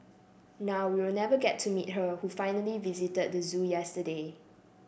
now we'll never get to meet her who finally visited the zoo yesterday